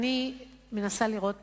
הוא רעיון מבורך, אבל אני מנסה לראות